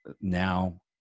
now